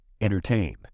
Entertain